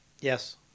Yes